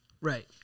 Right